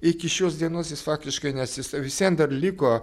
iki šios dienos jis faktiškai nes jis visvien dar liko